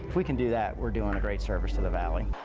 we can do that we're doing a great service to the valley.